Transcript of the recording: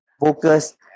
focus